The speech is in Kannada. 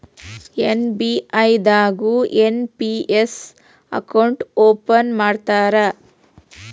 ಎಸ್.ಬಿ.ಐ ದಾಗು ಎನ್.ಪಿ.ಎಸ್ ಅಕೌಂಟ್ ಓಪನ್ ಮಾಡ್ತಾರಾ